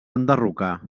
enderrocar